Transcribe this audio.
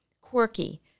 quirky